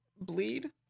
bleed